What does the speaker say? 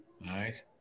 Nice